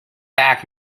back